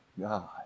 God